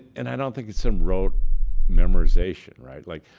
and i don't think it's some rote memorization, right? like,